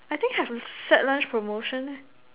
I think have set lunch promotion